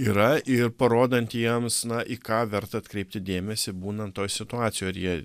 yra ir parodant jiems na į ką verta atkreipti dėmesį būnant toj situacijoj ar jie